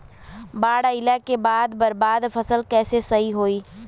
बाढ़ आइला के बाद बर्बाद फसल कैसे सही होयी?